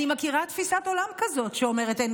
אני מכירה תפיסת עולם כזאת שאומרת: אין